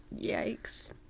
yikes